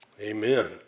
Amen